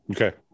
Okay